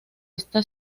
esta